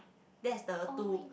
that's the two